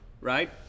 right